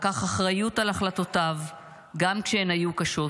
לקח אחריות על החלטותיו גם כשהן היו קשות.